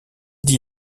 dit